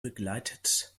begleitet